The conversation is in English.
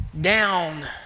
down